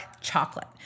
chocolate